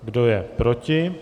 Kdo je proti?